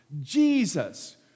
Jesus